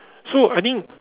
so I think